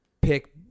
pick